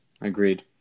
Agreed